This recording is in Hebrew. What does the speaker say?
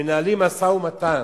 מנהלים משא-ומתן